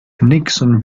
nixon